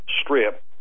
Strip